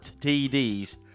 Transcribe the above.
TDs